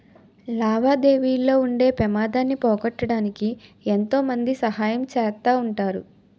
లావాదేవీల్లో ఉండే పెమాదాన్ని పోగొట్టడానికి ఎంతో మంది సహాయం చేస్తా ఉంటారు